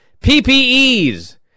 ppe's